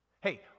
Hey